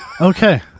Okay